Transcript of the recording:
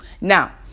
Now